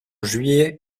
juillet